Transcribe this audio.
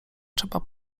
trzeba